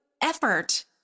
effort